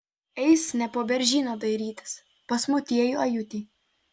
eis ne po beržyną dairytis pas motiejų ajutį